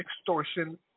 extortion